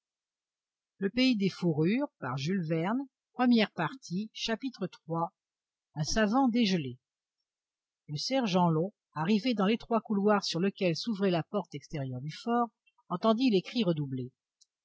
iii un savant dégelé le sergent long arrivé dans l'étroit couloir sur lequel s'ouvrait la porte extérieure du fort entendit les cris redoubler